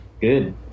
good